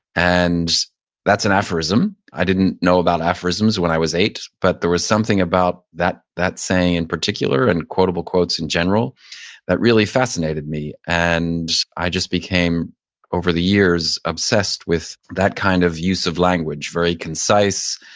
and that's an aphorism. i didn't know about aphorisms when i was eight, but there was something about that that saying in particular and quotable quotes in general that really fascinated me and i just became over the years obsessed with that kind of use of language. very concise,